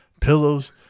Pillows